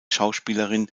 schauspielerin